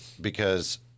because-